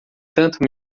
tanto